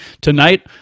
tonight